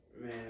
Man